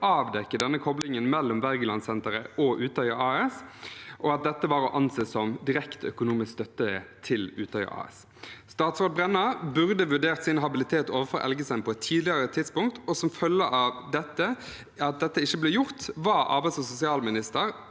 avdekke denne koblingen mellom Wergelandsenteret og Utøya AS, og at dette var å anse som direkte økonomisk støtte til Utøya AS. Statsråd Brenna burde vurdert sin habilitet overfor Elgesem på et tidligere tidspunkt, og som følge av at dette ikke ble gjort, var arbeids- og inkluderingsminister